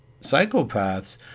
psychopaths